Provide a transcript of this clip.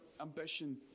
ambition